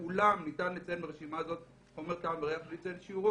"ואולם ניתן לציין ברשימה הזאת חומר טעם וריח בלי לציין את שיעורו",